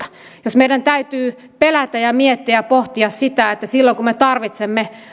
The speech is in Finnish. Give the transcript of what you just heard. jos meidän täytyy pelätä miettiä ja pohtia sitä silloin kun me tarvitsemme